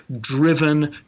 driven